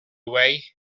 way